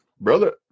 brother